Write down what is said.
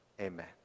Amen